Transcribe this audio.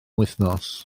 wythnos